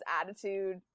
attitude